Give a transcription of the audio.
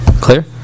Clear